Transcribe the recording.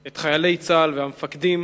את חיילי צה"ל והמפקדים,